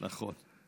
נכון.